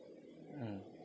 mm